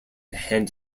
hand